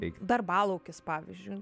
darbalaukis pavyzdžiui